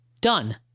done